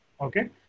Okay